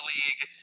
League